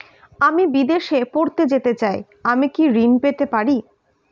আমি বিদেশে পড়তে যেতে চাই আমি কি ঋণ পেতে পারি?